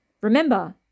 Remember